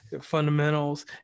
fundamentals